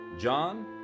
John